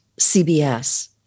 CBS